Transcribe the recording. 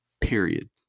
Period